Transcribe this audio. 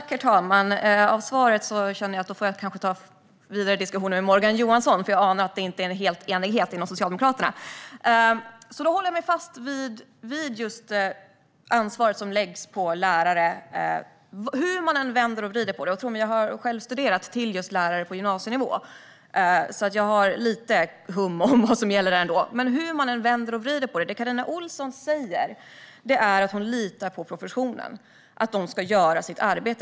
Herr talman! Av svaret inser jag att jag får ta vidare diskussioner med Morgan Johansson. Jag anar att det inte är en full enighet inom Socialdemokraterna. Jag står fast vid det ansvar som läggs på lärare. Hur man än vrider och vänder på det - tro mig, jag har själv studerat till gymnasielärare, så jag har lite hum om vad som gäller - säger Carina Ohlsson att hon litar på att professionen ska göra sitt arbete.